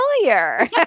familiar